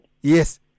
Yes